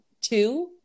Two